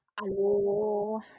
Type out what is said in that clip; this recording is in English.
Hello